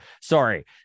sorry